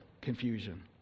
confusion